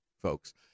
folks